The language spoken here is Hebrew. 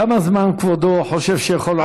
כמה זמן כבודו חושב שהוא יכול?